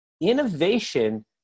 innovation